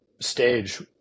stage